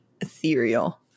ethereal